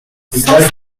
cent